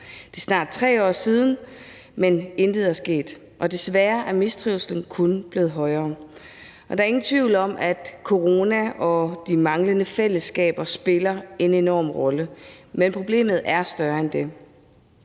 Det er snart 3 år siden, men intet er sket, og desværre er mistrivslen kun blevet større. Og der er ingen tvivl om, at corona og de manglende fællesskaber spiller en enorm rolle, men problemet er større end det.